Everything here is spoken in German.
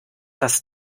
das